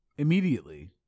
Immediately